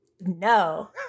No